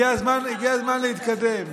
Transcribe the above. הגיע הזמן להתקדם.